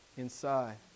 inside